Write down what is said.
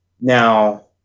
Now